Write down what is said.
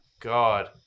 God